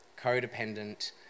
codependent